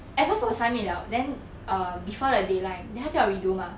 at first 我 submit liao then err before the deadline then 他叫我 redo mah